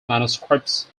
manuscripts